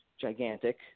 gigantic